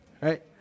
Right